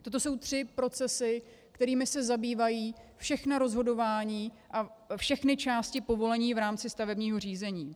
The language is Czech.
Toto jsou tři procesy, kterými se zabývají všechna rozhodování, všechny části povolení v rámci stavebního řízení.